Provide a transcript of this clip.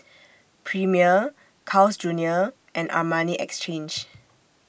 Premier Carl's Junior and Armani Exchange